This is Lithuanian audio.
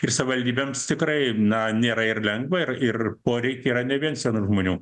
ir savivaldybėms tikrai na nėra ir lengva ir ir poreikiai yra ne vien senų žmonių